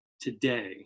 today